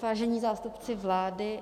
Vážení zástupci vlády...